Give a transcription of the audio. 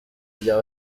bya